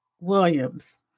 Williams